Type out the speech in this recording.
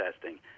testing